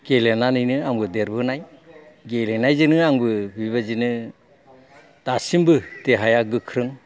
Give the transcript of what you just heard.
गेलेनानैनो आंबो देरबोनाय गेलेनायजोंनो आंबो बिबायदिनो दासिमबो देहाया गोख्रों